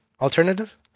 Alternative